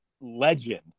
legend